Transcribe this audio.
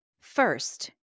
First